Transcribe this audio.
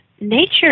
nature